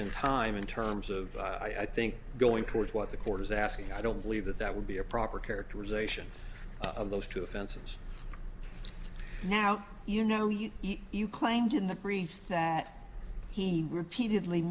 in time in terms of i think going towards what the court is asking i don't believe that that would be a proper characterization of those two offenses now you know he you claimed in the brief that he repeatedly